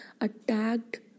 attacked